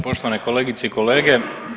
Poštovane kolegice i kolege.